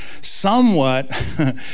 somewhat